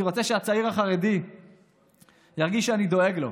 אני רוצה שהצעיר החרדי ירגיש שאני דואג לו,